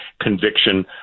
conviction